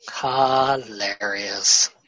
Hilarious